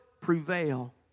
prevail